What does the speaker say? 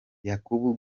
yakubu